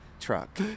Truck